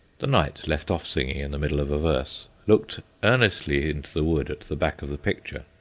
the knight left off singing in the middle of a verse, looked earnestly into the wood at the back of the picture,